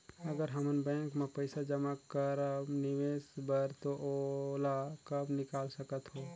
अगर हमन बैंक म पइसा जमा करब निवेश बर तो ओला कब निकाल सकत हो?